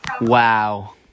Wow